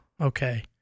okay